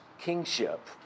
kingship